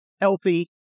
healthy